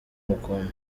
umukunda